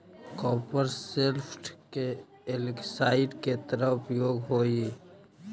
copper sulphate के algicide के तरह उपयोग होवऽ हई